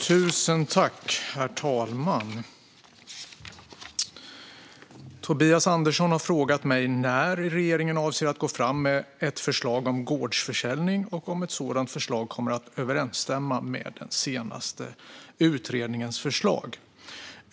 Herr talman! Tobias Andersson har frågat mig när regeringen avser att gå fram med ett förslag om gårdsförsäljning och om ett sådant förslag kommer att överensstämma med den senaste utredningens förslag.